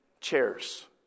chairs